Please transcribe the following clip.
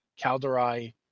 Calderai